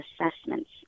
assessments